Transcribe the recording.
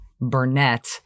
Burnett